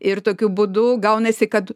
ir tokiu būdu gaunasi kad